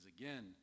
again